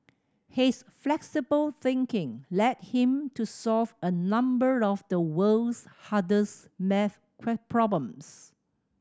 his flexible thinking led him to solve a number of the world's hardest maths problems